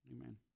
Amen